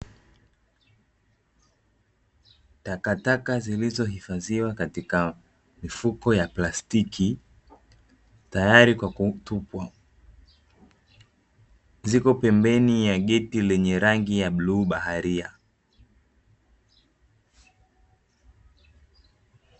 Takataka zilizohifadhiwa katika mifuko ya plastiki tayari kwa kutupwa ziko pembeni ya geti lenye rangi ya bluu baharia.